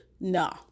No